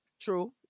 True